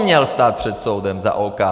On měl stát před soudem za OKD!